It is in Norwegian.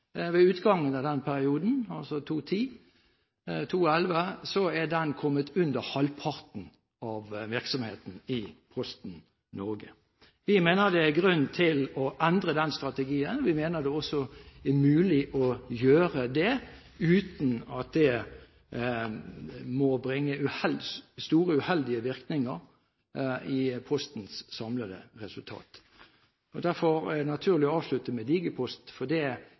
ved utgangen av den perioden – 2010–2011 – er kommet under halvparten av virksomheten i Posten Norge. Vi mener det er grunn til å endre den strategien, og vi mener det også er mulig å gjøre det uten at det må bringe store uheldige virkninger i Postens samlede resultat. Derfor er det naturlig å avslutte med Digipost, for det